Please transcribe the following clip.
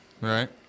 right